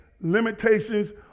limitations